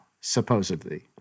supposedly